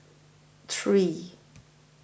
three